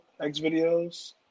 Xvideos